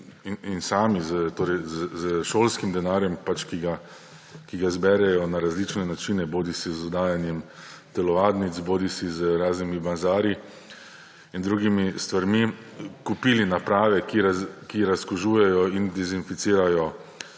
in sami, torej s šolskim denarjem, ki ga zberejo na različne načine, bodisi z oddajanjem telovadnic bodisi z raznimi bazarji in drugimi stvarmi, kupili naprave, ki razkužujejo in dezinficirajo